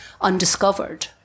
undiscovered